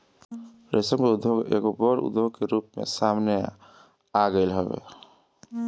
रेशम के उद्योग एगो बड़ उद्योग के रूप में सामने आगईल हवे